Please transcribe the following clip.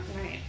Right